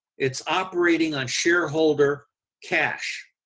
it's operating on shareholder cash,